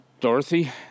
Dorothy